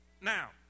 Now